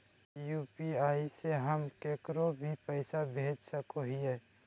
UPI से हम केकरो भी पैसा भेज सको हियै?